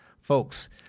Folks